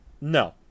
No